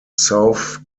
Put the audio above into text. south